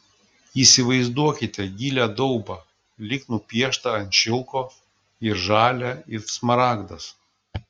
įsivaizduokite gilią daubą lyg nupieštą ant šilko ir žalią it smaragdas